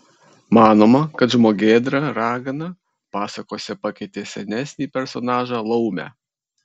manoma kad žmogėdra ragana pasakose pakeitė senesnį personažą laumę